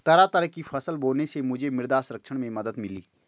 तरह तरह की फसल बोने से मुझे मृदा संरक्षण में मदद मिली